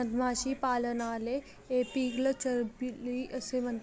मधमाशीपालनले एपीकल्चरबी म्हणतंस